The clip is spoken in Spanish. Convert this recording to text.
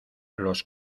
los